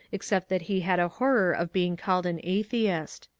except that he had a horror of being called an atheist.